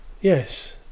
Yes